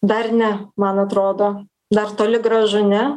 dar ne man atrodo dar toli gražu ne